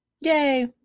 Yay